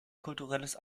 kulturelles